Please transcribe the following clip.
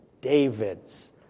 David's